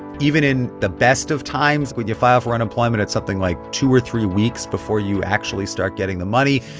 even in the best of times when you file for unemployment, it's something, like, two or three weeks before you actually start getting the money.